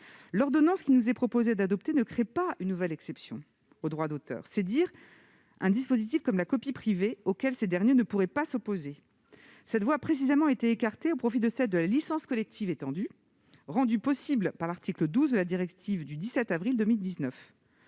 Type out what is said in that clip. L'ordonnance qu'il nous est proposé d'adopter ne crée pas une nouvelle exception aux droits d'auteur, c'est-à-dire un dispositif comme la copie privée, auquel les auteurs ne pourraient pas s'opposer. Cette voie a spécifiquement été écartée au profit de celle de la licence collective étendue, rendue possible par l'article 12 de la directive du 17 avril 2019.